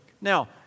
Now